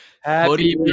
Happy